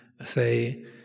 say